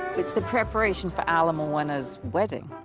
it's the preparation for al and morwenna's wedding.